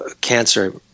cancer